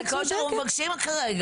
זה מה שאנחנו מבקשים כרגע.